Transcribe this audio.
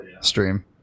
stream